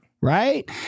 right